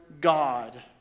God